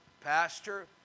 Pastor